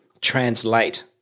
translate